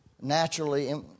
Naturally